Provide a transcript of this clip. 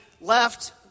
left